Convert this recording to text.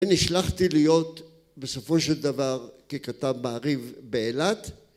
ונשלחתי להיות בסופו של דבר ככתב מעריב באילת